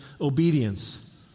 obedience